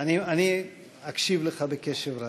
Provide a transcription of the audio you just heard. אני אקשיב לך בקשב רב.